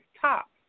top